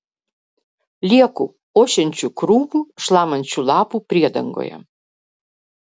lieku ošiančių krūmų šlamančių lapų priedangoje